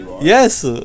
Yes